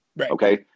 Okay